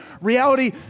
reality